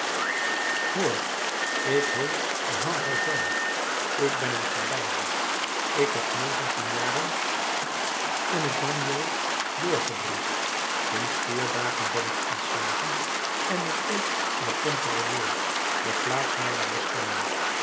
hoor ik heet jean valjean ik ben een galeiboef ik heb negentien jaren in t bagno doorgebracht sinds vier dagen ben ik ontslagen en op weg naar pontarlier de plaats mijner bestemming